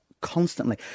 constantly